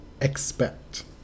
expect